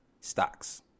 stocks